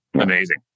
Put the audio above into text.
Amazing